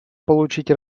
получить